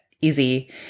easy